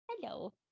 hello